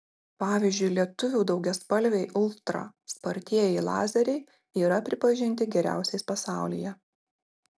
pavyzdžiui lietuvių daugiaspalviai ultra spartieji lazeriai yra pripažinti geriausiais pasaulyje